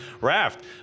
Raft